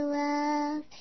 love